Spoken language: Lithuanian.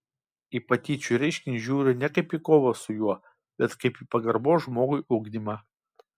į patyčių reiškinį žiūriu ne kaip į kovą su juo bet kaip pagarbos žmogui ugdymą